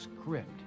script